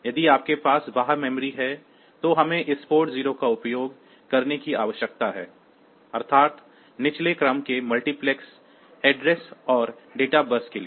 यदि आपके पास बाह्य मेमोरी है तो हमें इस पोर्ट 0 का उपयोग करने की आवश्यकता है अर्थात् निचले क्रम के मल्टीप्लेक्स पते और डेटा बस के लिए